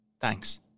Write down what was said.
Thanks